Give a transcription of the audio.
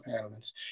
elements